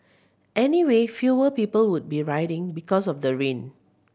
anyway fewer people would be riding because of the rain